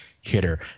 hitter